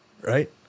Right